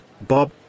Bob